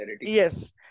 Yes